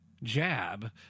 Jab